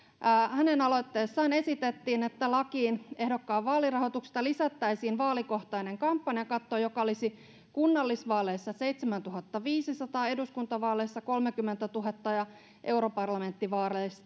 hänen aloitteessaan esitettiin että lakiin ehdokkaan vaalirahoituksesta lisättäisiin vaalikohtainen kampanjakatto joka olisi kunnallisvaaleissa seitsemäntuhattaviisisataa eduskuntavaaleissa kolmekymmentätuhatta ja europarlamenttivaaleissa